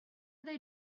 they